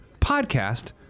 podcast